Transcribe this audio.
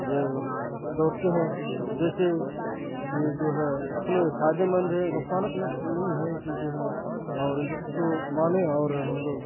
یہ دوڑتے ہیں جیسے کہ جو ہے اپنے فائدہ مند ہے نقصان اتنا چیز نہیں ہے کہ جو ہے اور اس چیز کو مانیں اور ہم لوگ